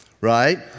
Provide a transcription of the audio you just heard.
right